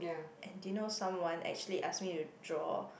and do you know someone actually ask me to draw